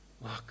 Look